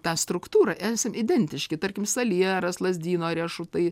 tą struktūrą esam identiški tarkim salieras lazdyno riešutai